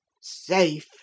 Safe